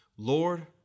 Lord